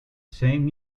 same